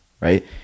right